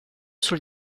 sul